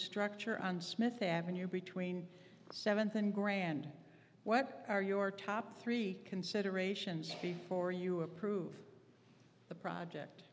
structure on smith avenue between seventh and grand what are your top three considerations for you approve the project